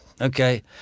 Okay